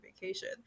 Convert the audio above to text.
vacation